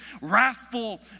wrathful